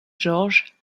georges